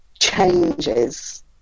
changes